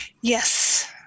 Yes